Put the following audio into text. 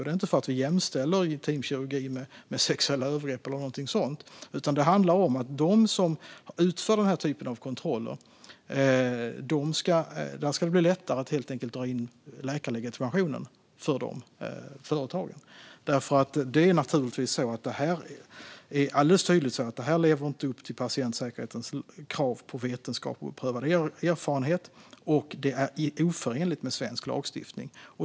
Det är inte för att vi jämställer intimkirurgi med sexuella övergrepp eller någonting sådant, utan det handlar helt enkelt om att det ska bli lättare att dra in läkarlegitimationen för de företag som utför den här typen av kontroller. Det är naturligtvis alldeles tydligt att sådana kontroller inte lever upp till patientsäkerhetens krav på vetenskap och beprövad erfarenhet och att de är oförenliga med svensk lagstiftning.